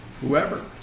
whoever